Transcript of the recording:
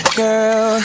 girl